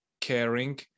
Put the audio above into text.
caring